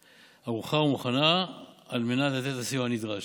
היא ערוכה ומוכנה על מנת לתת את הסיוע הנדרש.